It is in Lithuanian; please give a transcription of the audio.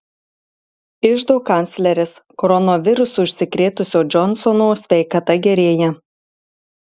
iždo kancleris koronavirusu užsikrėtusio džonsono sveikata gerėja